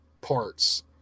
parts